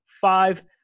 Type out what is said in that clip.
five